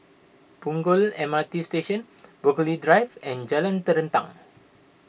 Punggol M R T Station Burghley Drive and Jalan Terentang